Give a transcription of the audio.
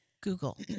Google